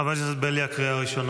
חבר הכנסת בליאק, קריאה ראשונה.